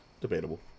Debatable